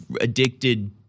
addicted